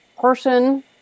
person